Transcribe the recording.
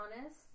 honest